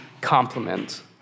compliment